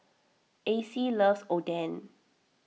Acie loves Oden